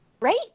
right